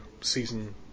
season